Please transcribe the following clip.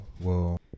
well-